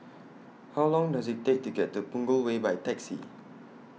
How Long Does IT Take to get to Punggol Way By Taxi